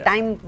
Time